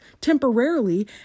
temporarily